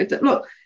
look